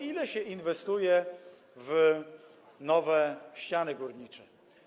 Ile się inwestuje w nowe ściany górnicze?